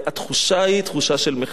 התחושה היא תחושה של מחדל,